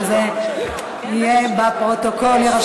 וזה יירשם בפרוטוקול.